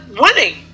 winning